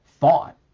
Thought